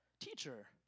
Teacher